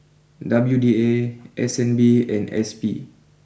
W D A S N B and S P